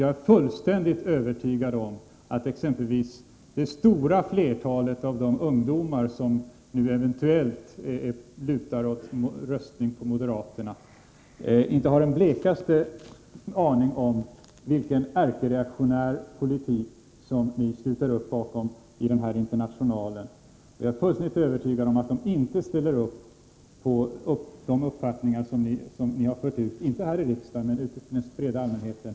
Jag är fullständigt övertygad om att exempelvis det stora flertalet av de ungdomar som nu eventuellt lutar åt att rösta på moderaterna inte har den blekaste aning om vilken ärkereaktionär politik ni sluter upp bakom i IDU. Och jag är fullständigt övertygad om att de inte ställer upp för de uppfattningar som ni har fört ut, inte här i kammaren men ute hos den breda allmänheten.